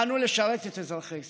באנו לשרת את אזרחי ישראל.